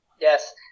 Yes